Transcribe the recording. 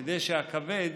כדי שהכבד